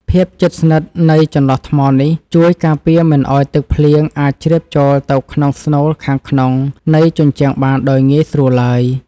ភាពជិតស្និទ្ធនៃចន្លោះថ្មនេះជួយការពារមិនឱ្យទឹកភ្លៀងអាចជ្រាបចូលទៅក្នុងស្នូលខាងក្នុងនៃជញ្ជាំងបានដោយងាយស្រួលឡើយ។